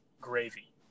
gravy